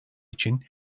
için